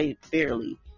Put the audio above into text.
fairly